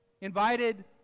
Invited